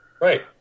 right